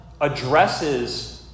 addresses